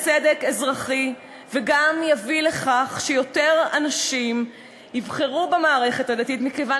צדק אזרחי וגם יביא לכך שיותר אנשים יבחרו במערכת הדתית מכיוון